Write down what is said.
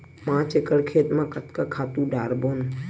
पांच एकड़ खेत म कतका खातु डारबोन?